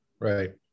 Right